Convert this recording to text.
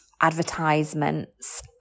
advertisements